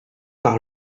par